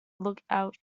lookout